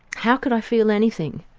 how could i feel anything,